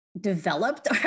developed